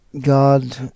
God